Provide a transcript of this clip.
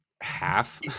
half